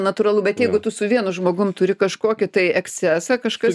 natūralu bet jeigu tu su vienu žmogum turi kažkokį tai ekscesą kažkas